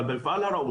אבל במשרד הראוי,